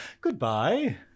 goodbye